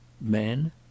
Men